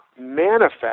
manifest